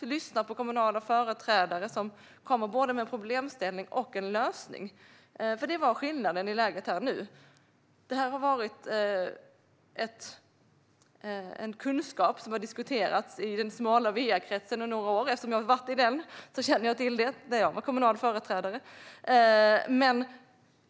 Vi lyssnar på kommunala företrädare som kommer med både en problemställning och en lösning. Det är skillnaden i hur läget är nu. Detta har varit en kunskap som har diskuterats i den smala va-kretsen under några år. Eftersom jag fanns i den när jag var kommunal företrädare känner jag till det.